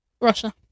Russia